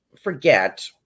forget